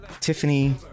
Tiffany